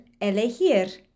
elegir